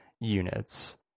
units